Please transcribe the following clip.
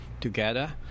together